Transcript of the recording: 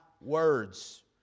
words